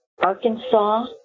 Arkansas